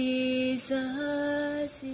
Jesus